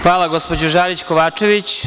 Hvala, gospođo Žarić Kovačević.